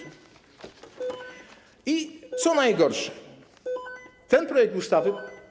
I co najgorsze, ten projekt ustawy.